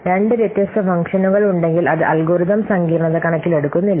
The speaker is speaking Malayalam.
രണ്ട് വ്യത്യസ്ത ഫംഗ്ഷനുകൾ ഉണ്ടെങ്കിൽ അത് അൽഗോരിതം സങ്കീർണ്ണത കണക്കിലെടുക്കുന്നില്ല